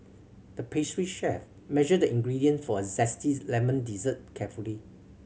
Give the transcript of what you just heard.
the pastry chef measured the ingredients for a zesty lemon dessert carefully